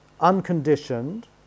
unconditioned